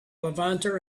levanter